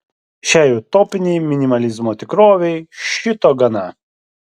šiai utopinei minimalizmo tikrovei šito gana